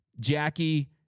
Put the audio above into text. Jackie